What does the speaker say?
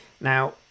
Now